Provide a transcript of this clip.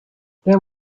there